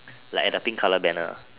like at the pink colour banner